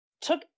took